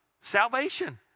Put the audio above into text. salvation